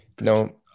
No